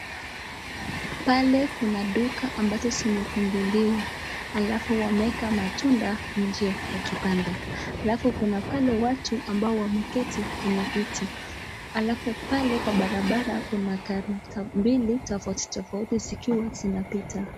Pale kuna duka ambazo zimefunguliwa alafu wameeka matunda nje ya kibanda. Alafu kuna pale watu wameketi kwenye viti. Alafu pale kwa barabara kuna gari mbili tofauti tofauti zikiwa zinapita.